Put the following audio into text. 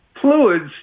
fluids